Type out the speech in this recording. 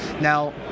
Now